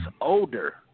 older